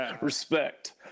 Respect